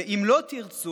ואם לא תרצו,